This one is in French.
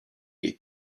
est